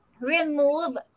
remove